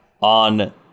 on